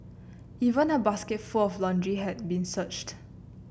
even a basket for of laundry had been searched